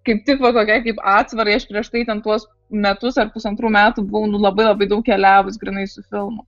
kaip tik va tokiai kaip atsvarai aš prieš tai ten tuos metus ar pusantrų metų buvau nu labai labai daug keliavus grynai su filmu